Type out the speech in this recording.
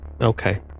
okay